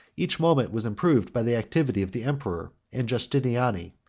each moment was improved, by the activity of the emperor and justiniani,